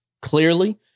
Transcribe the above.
clearly